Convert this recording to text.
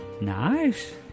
Nice